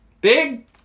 Big